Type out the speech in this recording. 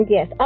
Yes